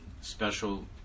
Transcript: special